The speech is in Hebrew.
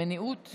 מניעות?